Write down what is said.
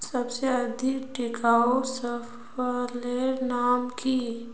सबसे अधिक टिकाऊ फसलेर नाम की?